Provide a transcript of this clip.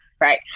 right